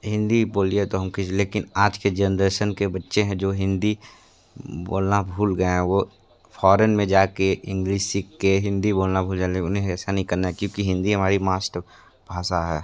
हिन्दी बोलिए तो हम किसी लेकिन आज कि जनरेशन के बच्चे हैं जो हिन्दी बोलना भूल गए हैं वो फ़ोरेन में जा के इंग्लिश सीख के हिन्दी बोलना भूल जा रहे उन्हे ऐसा नहीं करना क्योंकि हिन्दी हमारी मात्र भाषा है